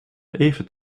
even